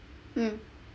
mm